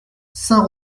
saint